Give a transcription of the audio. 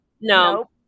No